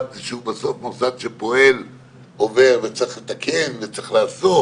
שבסוף הוא מוסד שפועל עובר וצריך כל הזמן לתקן ולעשות,